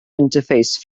interface